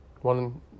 One